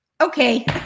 Okay